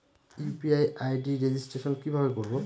UPI ID registration কিভাবে করব?